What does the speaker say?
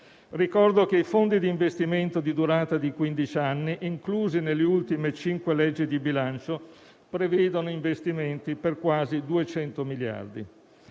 Ricordo che i fondi di investimento di durata di 15 anni, inclusi nelle ultime cinque leggi di bilancio, prevedono investimenti per quasi 200 miliardi.